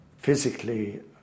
Physically